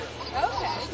Okay